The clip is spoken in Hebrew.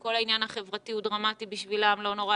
שכל העניין החברתי הוא דרמטי בשבילים לא נורא,